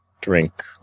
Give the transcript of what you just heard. drink